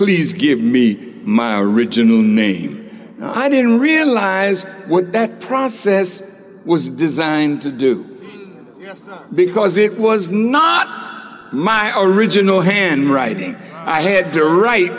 please give me my original name i didn't realize what that process was designed to do because it was not my or original handwriting i had